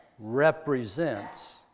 represents